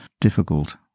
difficult